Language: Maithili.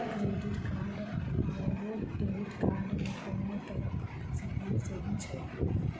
क्रेडिट कार्ड आओर डेबिट कार्ड मे कोनो तरहक सीमा सेहो छैक की?